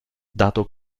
dato